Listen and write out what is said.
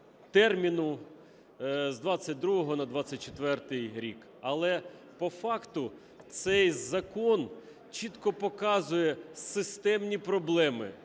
терміну з 2022 на 2024 рік. Але по факту цей закон чітко показує системні проблеми,